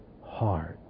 heart